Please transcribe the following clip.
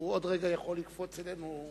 ועוד רגע הוא יכול לקפוץ אלינו.